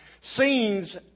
scenes